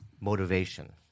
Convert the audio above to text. motivation